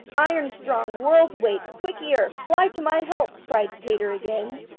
iron-strong, world's-weight quick-ear, fly to my help cried peter again.